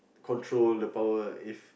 control the power if